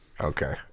Okay